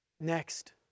Next